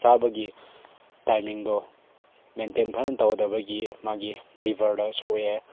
ꯆꯥꯕꯒꯤ ꯇꯥꯏꯃꯤꯡꯗꯣ ꯃꯦꯟꯇꯦꯟ ꯐꯖꯅ ꯇꯧꯗꯕꯒꯤ ꯃꯥꯒꯤ ꯂꯤꯕꯔꯗ ꯁꯣꯛꯑꯦ